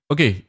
Okay